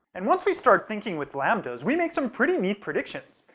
and once we start thinking with lambdas, we make some pretty neat predictions!